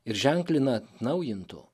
ir ženklina atnaujinto